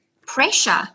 pressure